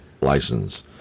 license